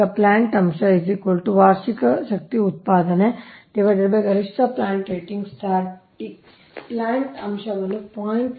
ಈಗ ಪ್ಲಾಂಟ್ ಅಂಶ ವಾರ್ಷಿಕ ಶಕ್ತಿ ಉತ್ಪಾದನೆ ಗರಿಷ್ಠ ಪ್ಲಾಂಟ್ ರೇಟಿಂಗ್ T ಪ್ಲಾಂಟ್ ಅಂಶವನ್ನು 0